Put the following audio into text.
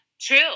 True